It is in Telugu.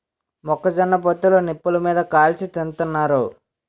మొక్క జొన్న పొత్తులు నిప్పులు మీది కాల్చి తింతన్నారు